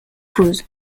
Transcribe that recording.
cruz